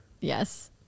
Yes